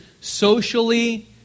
socially